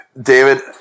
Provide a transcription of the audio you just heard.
David